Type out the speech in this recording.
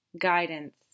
Guidance